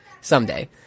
Someday